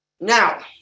Now